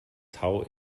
tau